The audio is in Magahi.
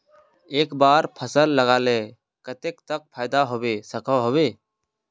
एक बार फसल लगाले कतेक तक फायदा होबे सकोहो होबे?